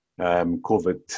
COVID